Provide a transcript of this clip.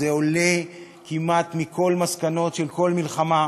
זה עולה כמעט מכל מסקנות של כל מלחמה,